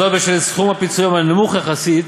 בשל סכום הפיצויים הנמוך יחסית